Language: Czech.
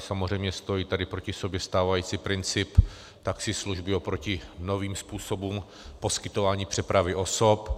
Samozřejmě stojí tady proti sobě stávající princip taxislužby oproti novým způsobům poskytování přepravy osob.